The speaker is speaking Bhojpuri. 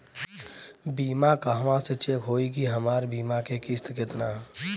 बीमा कहवा से चेक होयी की हमार बीमा के किस्त केतना ह?